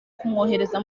kumwohereza